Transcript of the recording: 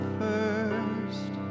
first